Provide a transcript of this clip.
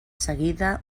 seguida